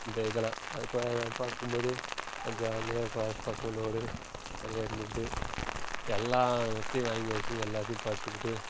இந்த இதலாம் அது இப்போ பார்க்கும் போது அது ஜாலியாக க்ளாஸ் பசங்களோடு ஜாலியாக இருந்துக்கிட்டு எல்லாம் நெட்டையும் வாங்கி வச்சு எல்லாத்தையும் பார்த்துக்கிட்டு